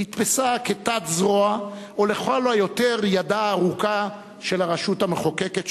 נתפסה כתת-זרוע או לכל היותר כידה הארוכה של הרשות המחוקקת,